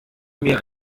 mir